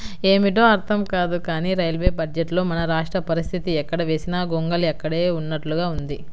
ఏమిటో అర్థం కాదు కానీ రైల్వే బడ్జెట్లో మన రాష్ట్ర పరిస్తితి ఎక్కడ వేసిన గొంగళి అక్కడే ఉన్నట్లుగా ఉంది